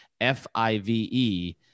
F-I-V-E